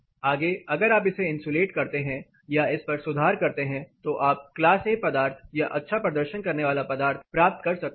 आगे अगर आप इसे इंसुलेट करते हैं या इस पर सुधार करते हैं तो आप क्लास A पदार्थ या 'अच्छा' प्रदर्शन करने वाला पदार्थ प्राप्त कर सकते हैं